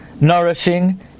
nourishing